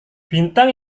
bintang